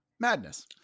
Madness